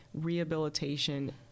rehabilitation